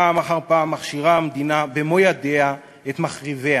פעם אחר פעם מכשירה המדינה במו-ידיה את מחריביה,